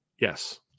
Yes